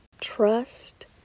Trust